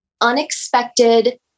unexpected